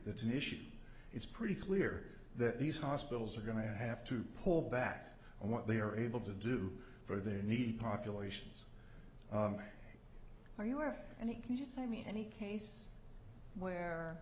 that's an issue it's pretty clear that these hospitals are going to have to pull back on what they are able to do for their needs populations where you are and it can you say me any case where